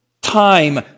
time